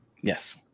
yes